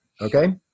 okay